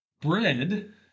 Bread